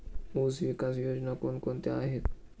ऊसविकास योजना कोण कोणत्या आहेत?